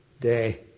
day